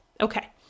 Okay